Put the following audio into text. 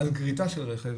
על גריטה של רכב,